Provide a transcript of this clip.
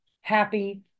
happy